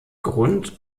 grund